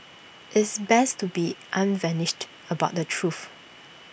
it's best to be unvarnished about the truth